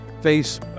face